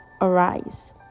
arise